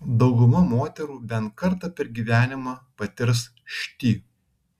dauguma moterų bent kartą per gyvenimą patirs šti